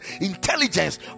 intelligence